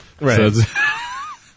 Right